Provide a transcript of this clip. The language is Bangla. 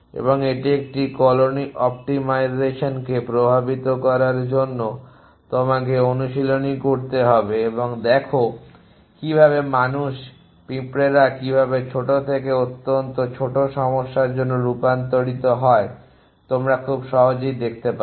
এবং এটি একটি কলোনি অপ্টিমাইজেশানকে প্রভাবিত করার জন্য তোমাকে অনুশীলনী করতে হবে এবং দেখো কিভাবে মানুষ পিঁপড়ারা কীভাবে ছোট থেকে অন্তত ছোট সমস্যার জন্য রূপান্তরিত হয় তা তোমরা খুব সহজেই দেখতে পাচ্ছ